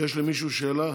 יש למישהו שאלה?